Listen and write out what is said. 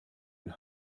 and